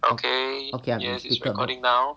okay yes it is recording now